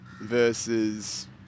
versus